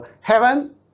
heaven